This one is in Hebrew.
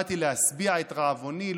באתי להשביע את רעבוני.